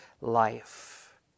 life